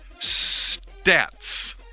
stats